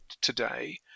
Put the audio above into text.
today